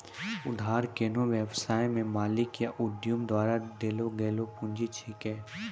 उधार कोन्हो व्यवसाय के मालिक या उद्यमी द्वारा देल गेलो पुंजी छिकै